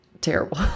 terrible